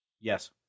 Yes